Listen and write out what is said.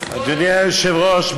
אדוני היושב-ראש,